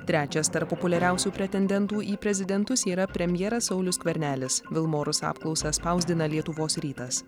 trečias tarp populiariausių pretendentų į prezidentus yra premjeras saulius skvernelis vilmorus apklausą spausdina lietuvos rytas